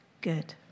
good